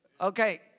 Okay